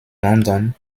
london